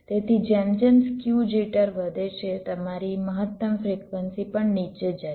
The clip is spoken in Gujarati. તેથી જેમ જેમ સ્ક્યુ જિટર વધે છે તમારી મહત્તમ ફ્રિક્વન્સી પણ નીચે જાય છે